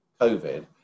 COVID